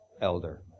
elder